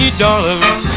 darling